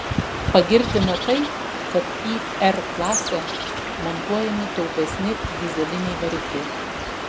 pagirtina tai kad į r klasę montuojami taupesni dyzeliniai varikliai